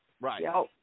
Right